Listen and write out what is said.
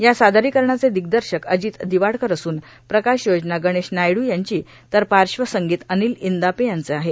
या सादरीकरणाचे दिग्दर्शक अजित दिवाडकर असून प्रकाश योजना गणेश नायडू यांची तर पार्श्वसंगीत अनिल इंदाणे यांचं आहे